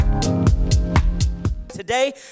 Today